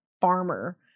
farmer